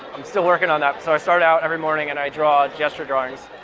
i'm still working on that. so i start out every morning and i draw gesture drawings.